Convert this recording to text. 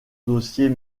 dossier